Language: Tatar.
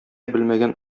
белмәгән